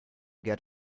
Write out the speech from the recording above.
get